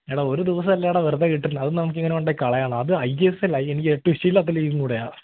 എടാ ഒരു ദിവസമല്ലേടാ വെറുതെ കിട്ടുന്നത് അതും നമുക്കിങ്ങനെ കൊണ്ടുപോയി കളയണമോ അതും ഐ എസ് എല് എനിക്കൊട്ടും ഇഷ്ടമില്ലാത്ത ലീഗും കൂടെയാണ്